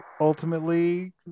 ultimately